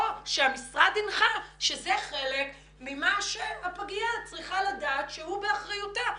או שהמשרד הנחה שזה חלק ממה שהפגייה צריכה לדעת שהוא באחריותה.